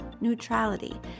neutrality